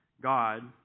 God